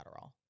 Adderall